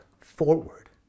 forward